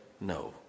no